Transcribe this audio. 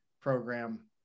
program